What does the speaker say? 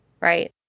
right